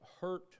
hurt